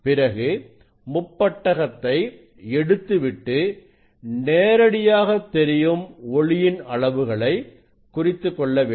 பிறகு முப்பட்டகத்தை எடுத்துவிட்டு நேரடியாக தெரியும் ஒளியின் அளவுகளை குறித்துக்கொள்ள வேண்டும்